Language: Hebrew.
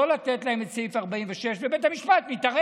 לא לתת להם את סעיף 46, ובית המשפט התערב.